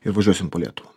ir važiuosim po lietuvą